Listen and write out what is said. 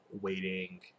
waiting